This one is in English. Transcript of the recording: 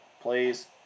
Please